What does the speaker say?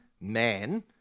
man